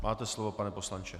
Máte slovo, pane poslanče.